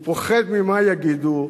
הוא פוחד ממה יגידו,